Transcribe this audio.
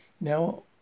Now